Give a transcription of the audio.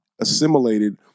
assimilated